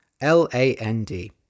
L-A-N-D